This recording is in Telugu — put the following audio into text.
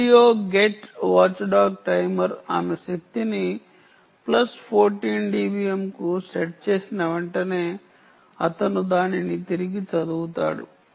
radio get watchdog timer ఆమె శక్తిని ప్లస్ 14 dBm కు సెట్ చేసిన వెంటనే అతను దానిని తిరిగి చదువుతాడు